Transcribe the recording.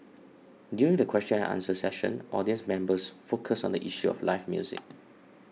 during the question and answer session audience members focused on the issue of live music